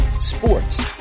sports